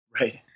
Right